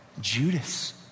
Judas